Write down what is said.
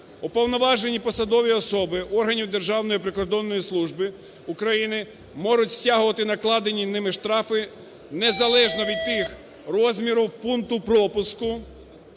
"Уповноважені посадові особи органів Державної прикордонної служби України можуть стягувати накладені ними штрафи незалежно від тих розмірів пункту пропуску